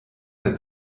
der